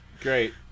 Great